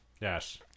yes